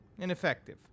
Ineffective